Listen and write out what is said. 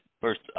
first